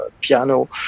piano